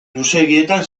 luzeegietan